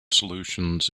solutions